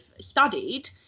studied